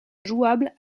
jouable